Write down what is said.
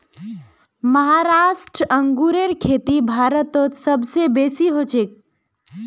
महाराष्ट्र अंगूरेर खेती भारतत सब स बेसी हछेक